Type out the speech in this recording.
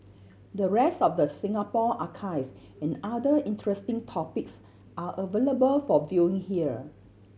the rest of the Singapore archive and other interesting topics are available for viewing here